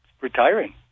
retiring